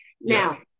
Now